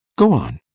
go on.